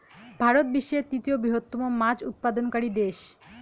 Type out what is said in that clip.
ভারত বিশ্বের তৃতীয় বৃহত্তম মাছ উৎপাদনকারী দেশ